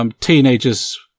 teenagers